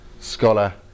scholar